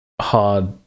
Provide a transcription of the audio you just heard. hard